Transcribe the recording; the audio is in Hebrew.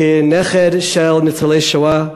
כנכד של ניצולי שואה,